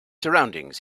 surroundings